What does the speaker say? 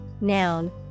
Noun